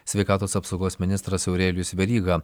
sveikatos apsaugos ministras aurelijus veryga